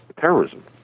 terrorism